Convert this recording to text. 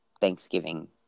Thanksgiving